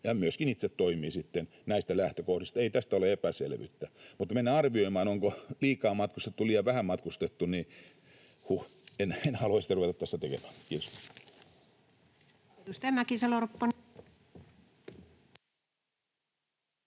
ja myöskin itse toimii sitten näistä lähtökohdista. Ei tästä ole epäselvyyttä, mutta mennä arvioimaan, onko liikaa matkustettu tai liian vähän matkustettu: huh, en halua sitä ruveta tässä tekemään. — Kiitos.